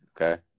okay